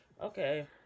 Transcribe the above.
okay